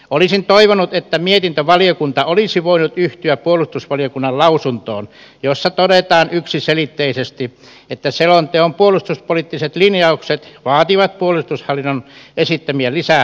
olisin toivonut että mietintövaliokunta olisi voinut yhtyä puolustusvaliokunnan lausuntoon jossa todetaan yksiselitteisesti että selonteon puolustuspoliittiset linjaukset vaativat puolustushallinnon esittämää lisärahoitusta